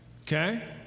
Okay